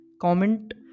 Comment